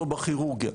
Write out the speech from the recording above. או בכירורגיה,